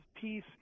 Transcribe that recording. peace